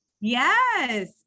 Yes